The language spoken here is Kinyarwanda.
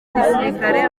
gisirikari